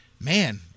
Man